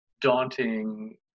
daunting